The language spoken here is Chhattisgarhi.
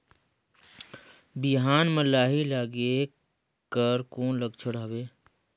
बिहान म लाही लगेक कर कौन लक्षण हवे?